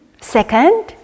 Second